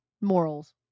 morals